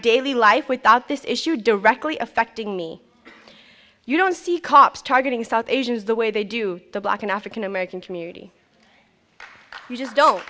daily life without this issue directly affecting me you don't see cops targeting south asians the way they do the black and african american community you just don't